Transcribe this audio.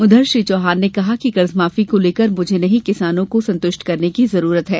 उधर श्री चौहान ने कहा है कि कर्जमाफी को लेकर मुझे नहीं किसानों को संतुष्ट करने की जरूरत है